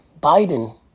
Biden